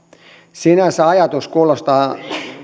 sinänsä ajatus kuulostaa